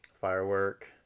Firework